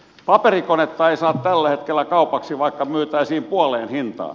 paperikonetta ei saa tällä hetkellä kaupaksi vaikka myytäisiin puoleen hintaan